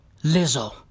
Lizzo